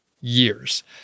years